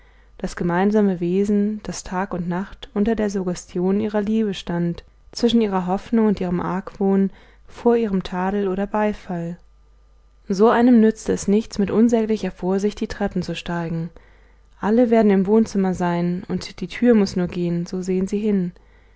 das gemeinsame wesen das tag und nacht unter der suggestion ihrer liebe stand zwischen ihrer hoffnung und ihrem argwohn vor ihrem tadel oder beifall so einem nützt es nichts mit unsäglicher vorsicht die treppen zu steigen alle werden im wohnzimmer sein und die türe muß nur gehn so sehen sie hin